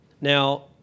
Now